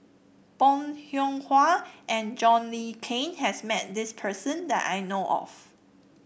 Bong Hiong Hwa and John Le Cain has met this person that I know of